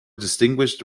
distinguished